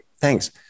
thanks